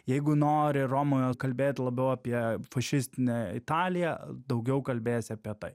jeigu nori romoje kalbėt labiau apie fašistinę italiją daugiau kalbėsi apie tai